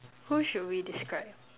who should we describe